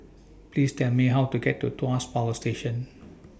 Please Tell Me How to get to Tuas Power Station